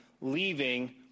leaving